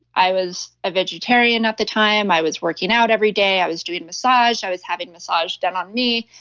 i was a vegetarian at the time. i was working out every day, i was doing massage, i was having massage done on me,